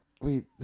Wait